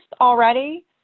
already